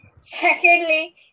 secondly